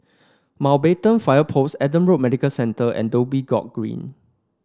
Mountbatten Fire Post Adam Road Medical Centre and Dhoby Ghaut Green